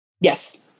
Yes